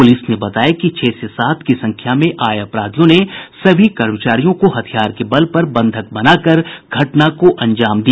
police ने बताया कि छह से सात की संख्या में आये अपराधियों ने सभी कर्मचारियों को हथियार के बल पर बंधक बनाकर घटना को अंजाम दिया